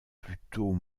plutôt